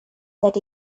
that